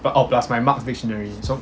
but oh plus my marx dictionary so